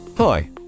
Hi